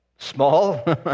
Small